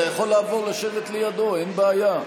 אתה יכול לעבור לשבת לידו, אין בעיה.